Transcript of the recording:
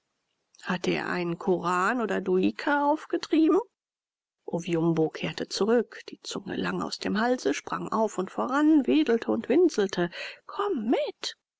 hat er einen koran oder duiker aufgetrieben oviumbo kehrte zurück die zunge lang aus dem halse sprang auf und voran wedelte und winselte komm mit